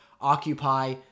occupy